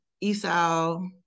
Esau